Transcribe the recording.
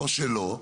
או שלא,